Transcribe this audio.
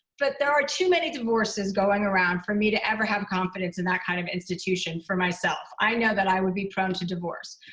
but there are too many divorces going around for me to ever have confidence in that kind of institution for myself. i know that i would be prone to divorce.